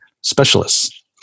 specialists